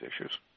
issues